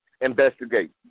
investigate